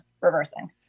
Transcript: reversing